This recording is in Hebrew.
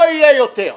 לא יהיה יותר,